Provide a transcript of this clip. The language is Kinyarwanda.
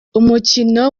umukino